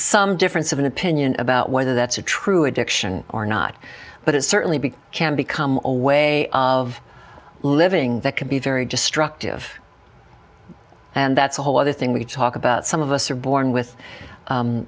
some difference of opinion about whether that's a true addiction or not but it certainly be can become a way of living that can be very destructive and that's a whole other thing we talk about some of us are born with